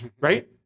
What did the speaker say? right